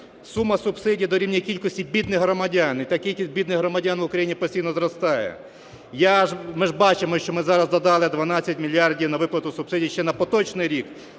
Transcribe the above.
Сума субсидій дорівнює кількості бідних громадян, і та кількість бідних громадян в Україні постійно зростає. Ми ж бачимо, що ми зараз додали 12 мільярдів на виплату субсидій ще на поточний рік,